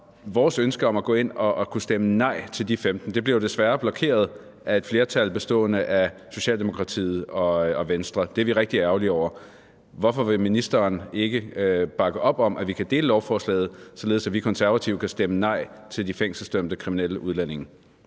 Vores ønske om at gå ind og kunne stemme nej til de 15 bliver jo desværre blokeret af et flertal bestående af Socialdemokratiet og Venstre, og det er vi rigtig ærgerlige over. Hvorfor vil ministeren ikke bakke op om, at vi kan dele lovforslaget, således at vi Konservative kan stemme nej til de fængselsdømte kriminelle udlændinge?